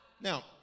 Now